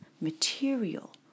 material